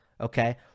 okay